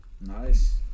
Nice